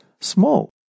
small